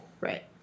Right